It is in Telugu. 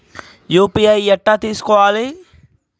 యూ.పీ.ఐ ఎట్లా చేసుకోవాలి?